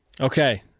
Okay